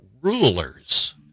rulers